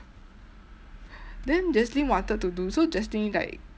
then jaslyn wanted to do so jaslyn like